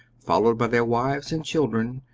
followed by their wives and children,